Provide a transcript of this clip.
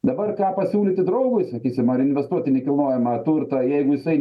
dabar ką pasiūlyti draugui sakysim ar investuot į nekilnojamą turtą jeigu jisai